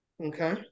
Okay